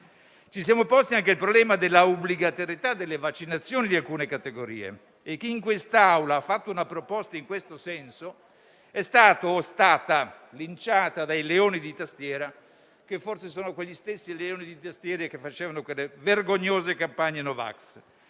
Ci siamo posti anche il problema dell'obbligatorietà delle vaccinazioni di alcune categorie, e chi in quest'Aula ha fatto una proposta in questo senso è stato o è stata linciata dai leoni da tastiera, che forse sono gli stessi leoni da tastiera che facevano vergognose campagne No vax.